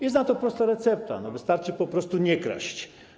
Jest na to prosta recepta, wystarczy po prostu nie kraść.